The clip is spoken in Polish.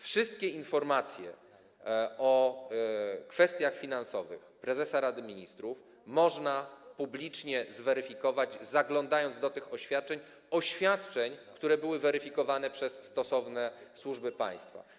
Wszystkie informacje o kwestiach finansowych dotyczących prezesa Rady Ministrów można publicznie zweryfikować, zaglądając do tych oświadczeń, które były weryfikowane przez stosowne służby państwa.